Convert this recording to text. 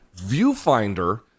viewfinder